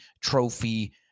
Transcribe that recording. Trophy